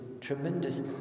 tremendous